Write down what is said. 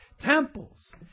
Temples